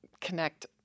connect